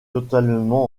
totalement